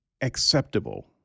acceptable